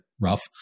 rough